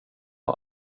har